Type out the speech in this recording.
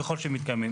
ככל שמתקיימות.